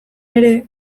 ere